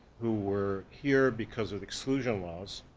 who were here because of exclusion laws,